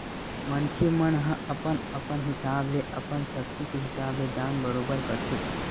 मनखे मन ह अपन अपन हिसाब ले अपन सक्ति के हिसाब ले दान बरोबर करथे